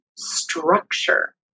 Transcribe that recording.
Structure